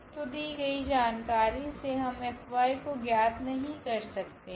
तो दी गई जानकारी से हम F को ज्ञात नहीं कर सकते है